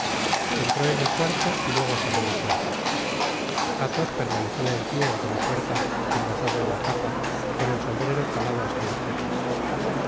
entró en el cuarto y luego cerró la puerta athos permanecia en pié ante la puerta embozado en la capa con el sombrero calado hasta las cejas al